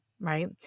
right